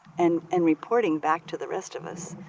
and and reporting back to the rest of us,